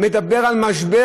מדבר על משבר,